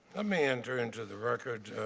um and into the record